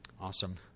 Awesome